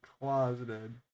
closeted